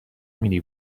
مینی